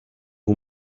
who